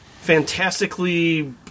fantastically